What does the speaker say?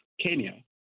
Kenya